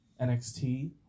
NXT